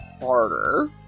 harder